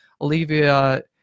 Olivia